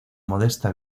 modesta